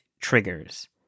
triggers